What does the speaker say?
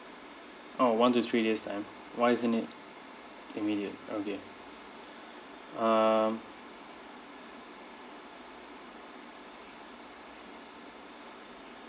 oh one to three years time why isn't it immediate okay um